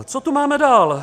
Co tu máme dál?